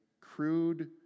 crude